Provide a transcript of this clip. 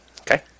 Okay